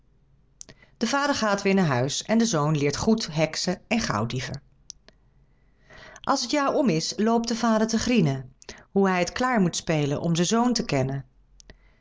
de vader gaat weer naar huis en de zoon leert goed heksen en gauwdieven als het jaar om is loopt de vader te grienen hoe hij het klaar moet spelen om zijn zoon te kennen